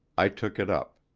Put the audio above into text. i took it up.